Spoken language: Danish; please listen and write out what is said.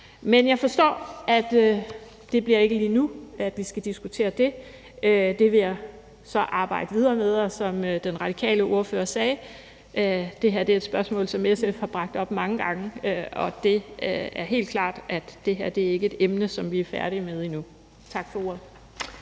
Men jeg forstår, at det ikke bliver lige nu, at vi skal diskutere det. Det vil jeg så arbejde videre med, og som den radikale ordfører sagde, er det her et spørgsmål, som SF har bragt op mange gange. Og det er helt klart, at det her ikke er et emne, som vi er færdige med endnu. Tak for ordet.